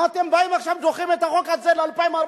אתם באים עכשיו ודוחים את החוק הזה ל-2014.